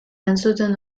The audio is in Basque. entzuten